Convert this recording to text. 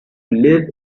live